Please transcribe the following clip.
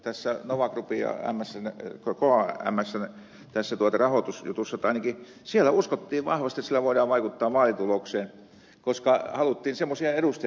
tässä nova groupin ja kmsn rahoitusjutussa on oleellista se seikka että ainakin siellä uskottiin vahvasti että sillä voidaan vaikuttaa vaalitulokseen koska haluttiin semmoisia edustajia